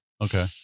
Okay